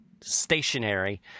stationary